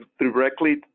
directly